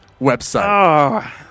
website